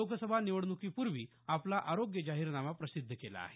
लोकसभा निवडणुकीपूर्वी आपला आरोग्य जाहीरनामा प्रसिद्ध केला आहे